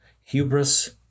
hubris